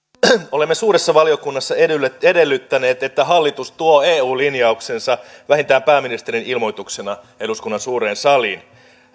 olemme suuressa valiokunnassa edellyttäneet edellyttäneet että hallitus tuo eu linjauksensa vähintään pääministerin ilmoituksena eduskunnan suureen saliin